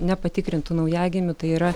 nepatikrintų naujagimių tai yra